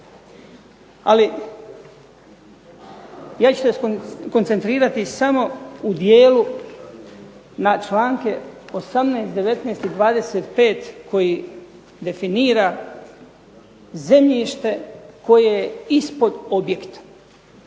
Ali ja ću se koncentrirati samo u dijelu na članke 18., 19. i 25. koji definira zemljište koje je ispod objekta,